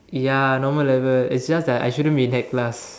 ya normal level it's just that I shouldn't be in that class